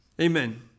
Amen